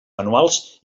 manuals